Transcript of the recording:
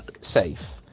safe